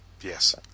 Yes